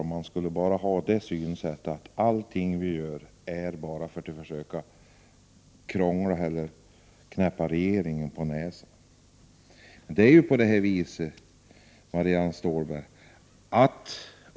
Man skall inte tro att allt vi gör bara görs för att krångla eller knäppa regeringen på näsan.